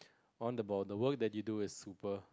on the ball the work that you do is super